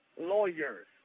lawyers